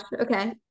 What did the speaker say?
okay